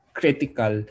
critical